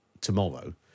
tomorrow